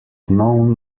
known